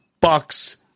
Bucks